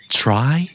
try